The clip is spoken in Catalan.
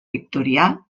victorià